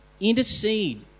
Intercede